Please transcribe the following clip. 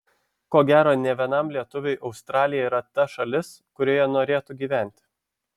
ko gero ne vienam lietuviui australija yra ta šalis kurioje norėtų gyventi